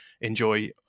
enjoy